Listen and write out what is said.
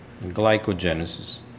glycogenesis